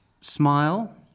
Smile